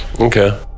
Okay